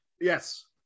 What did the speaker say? Yes